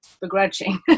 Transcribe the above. begrudging